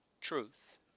truth